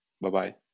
bye-bye